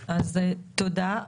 תודה.